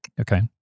Okay